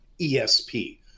ESP